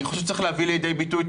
אני חושב שצריך להביא לידי ביטוי את